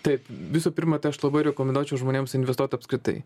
taip visų pirma tai aš labai rekomenduočiau žmonėms investuot apskritai